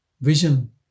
vision